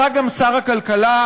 אתה גם שר הכלכלה,